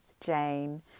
Jane